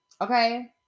okay